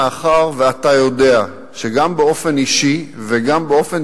מאחר שאתה יודע שגם באופן אישי וגם באופן